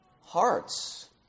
hearts